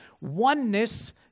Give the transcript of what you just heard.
oneness